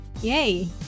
Yay